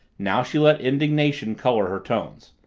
now she let indignation color her tones.